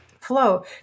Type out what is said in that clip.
flow